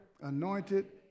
anointed